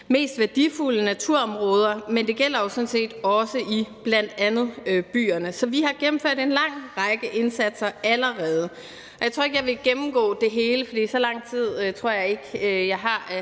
mest værdifulde naturområder, men det gælder jo sådan set også i bl.a. byerne. Så vi har allerede gennemført en lang række indsatser, og jeg tror ikke, jeg vil gennemgå det hele, for så lang taletid tror jeg ikke, jeg har.